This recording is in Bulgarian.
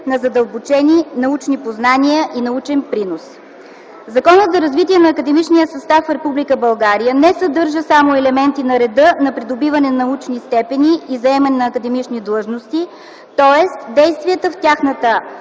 на задълбочени научни познания и научен принос. Законът за развитието на академичния състав в Република България не съдържа само елементи на реда за придобиване на научни степени и заемане на академични длъжности, тоест действията в тяхната